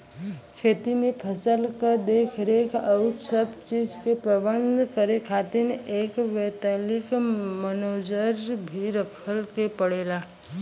खेती में फसल क देखरेख आउर सब चीज के प्रबंध करे खातिर एक वैतनिक मनेजर भी रखे के पड़ला